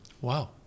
Wow